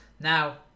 Now